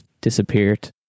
disappeared